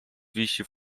wisi